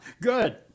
Good